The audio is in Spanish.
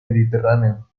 mediterráneo